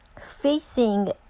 facing